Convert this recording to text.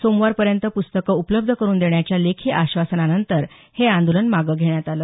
सोमवार पर्यंत प्रस्तक उपलब्ध करून देण्याच्या लेखी आश्वासनानंतर हे आंदोलन मागे घेण्यात आलं